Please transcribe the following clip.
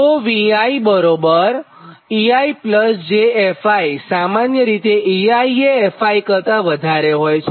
તો Vieij fi સામાન્ય રીતે ei એ fi કરતાં વધારે હોય છે